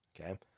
Okay